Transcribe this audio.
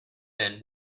then